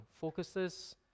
focuses